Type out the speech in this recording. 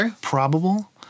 probable